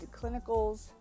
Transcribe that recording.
clinicals